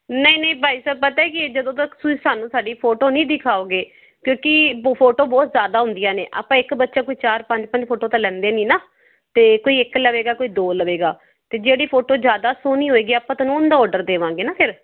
ਨਹੀਂ ਨਹੀਂ ਭਾਈ ਸਾਹਿਬ ਪਤਾ ਕੀ ਆ ਜਦੋਂ ਤੱਕ ਤੁਸੀਂ ਸਾਨੂੰ ਸਾਡੀ ਫੋਟੋ ਨਹੀਂ ਦਿਖਾਓਗੇ ਕਿਉਂਕਿ ਫੋਟੋ ਬਹੁਤ ਜ਼ਿਆਦਾ ਹੁੰਦੀਆਂ ਨੇ ਆਪਾਂ ਇੱਕ ਬੱਚਾ ਕੋਈ ਚਾਰ ਪੰਜ ਪੰਜ ਫੋਟੋ ਤਾਂ ਲੈਂਦੇ ਨਹੀਂ ਨਾ ਅਤੇ ਕੋਈ ਇੱਕ ਲਵੇਗਾ ਕੋਈ ਦੋ ਲਵੇਗਾ ਤਾਂ ਜਿਹੜੀ ਫੋਟੋ ਜ਼ਿਆਦਾ ਸੋਹਣੀ ਹੋਏਗੀ ਆਪਾਂ ਤੁਹਾਨੂੰ ਉਹਦਾ ਆਰਡਰ ਦੇਵਾਂਗੇ ਨਾ ਫਿਰ